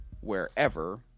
wherever